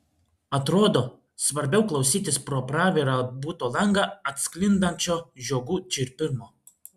atrodo svarbiau klausytis pro pravirą buto langą atsklindančio žiogų čirpimo